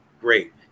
great